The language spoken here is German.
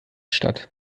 statt